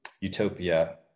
Utopia